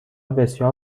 بسیار